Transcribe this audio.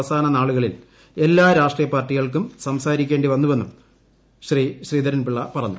അവസാനനാളുകളിൽ എല്ലാ രാഷ്ട്രീയ പാർട്ടികൾക്കും സംസാരിക്കേണ്ടി വന്നുവെന്നും ശ്രീധരൻ പിള്ള പറഞ്ഞു